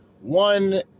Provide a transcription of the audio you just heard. one